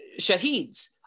shaheeds